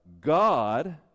God